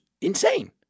insane